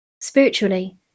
Spiritually